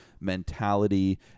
mentality